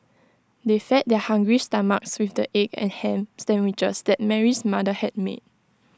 they fed their hungry stomachs with the egg and Ham Sandwiches that Mary's mother had made